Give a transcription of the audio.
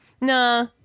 nah